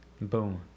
Boom